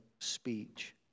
speech